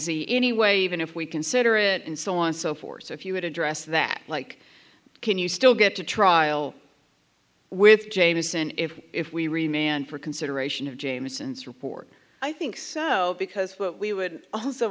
z anyway even if we consider it and so on and so forth so if you would address that like can you still get to trial with jamison if if we remain for consideration of jamieson's report i think so because what we would also